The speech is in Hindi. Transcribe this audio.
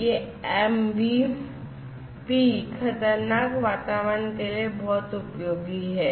यह एमबीपी खतरनाक वातावरण के लिए बहुत उपयोगी है